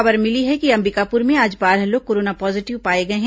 खबर मिली है कि अंबिकापुर में आज बारह लोग कोरोना पॉजीटिव पाए गए हैं